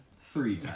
three